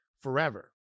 forever